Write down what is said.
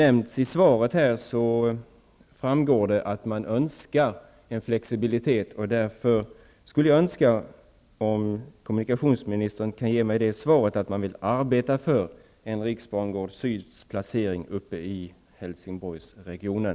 Av svaret framgår det att det är önskvärt med en flexibilitet. Därför önskar jag att kommunikationsministern kunde ge mig svaret att man vill arbeta för att riksbangård Syd skall placeras i Helsingborgsregionen.